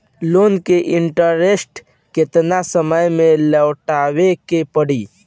Loan के interest केतना समय में लौटावे के पड़ी?